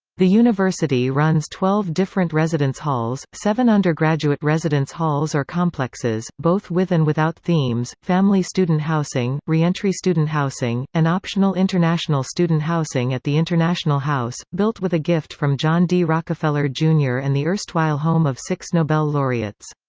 the university runs twelve different residence halls seven undergraduate residence halls or complexes, both with and without themes family student housing re-entry student housing and optional international student housing at the international house, built with a gift from john d. rockefeller, jr. and the erstwhile home of six nobel laureates.